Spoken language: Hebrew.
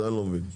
זה אני לא מבין.